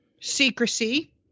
Secrecy